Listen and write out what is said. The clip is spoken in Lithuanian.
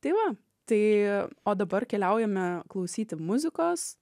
tai va tai o dabar keliaujame klausyti muzikos